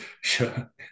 Sure